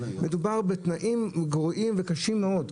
מדובר בתנאים גרועים וקשים מאוד.